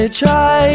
try